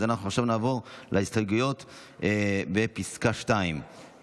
אז אנחנו עכשיו נעבור להסתייגויות בפסקה (2).